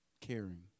caring